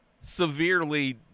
severely